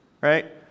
right